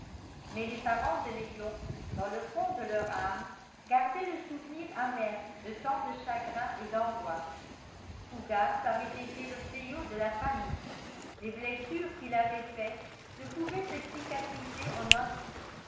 mais les parents de léon dans le fond de leur âme gardaient le souvenir amer de tant de chagrins et d'angoisses fougas avait été le fléau de la famille les blessures qu'il avait faites ne pouvaient se cicatriser en un jour